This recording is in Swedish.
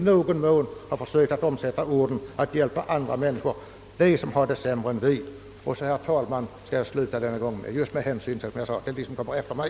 Vi måste omsätta orden i handling och hjälpa dem som har det sämre än vi. Herr talman! Med hänsyn till att så många namn återstår på talarlistan slutar jag nu mitt anförande.